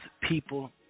people